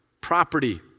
property